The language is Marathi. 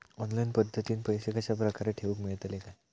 ऑनलाइन पद्धतीन पैसे कश्या प्रकारे ठेऊक मेळतले काय?